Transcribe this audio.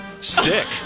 Stick